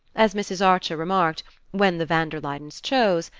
as mrs. archer remarked when the van der luydens chose,